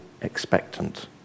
expectant